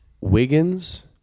Wiggins